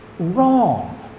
wrong